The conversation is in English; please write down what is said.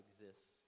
exists